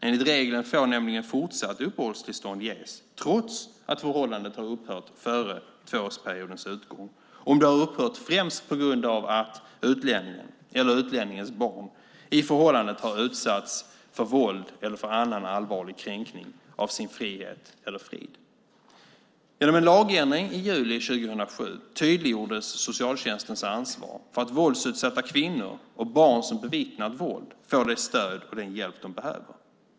Enligt regeln får nämligen fortsatt uppehållstillstånd ges, trots att förhållandet har upphört före tvåårsperiodens utgång, om det har upphört främst på grund av att utlänningen, eller utlänningens barn, i förhållandet har utsatts för våld eller för annan allvarlig kränkning av sin frihet eller frid. Genom en lagändring i juli 2007 tydliggjordes socialtjänstens ansvar för att våldsutsatta kvinnor och barn som bevittnat våld får det stöd och den hjälp de behöver.